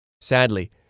Sadly